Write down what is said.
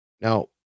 Now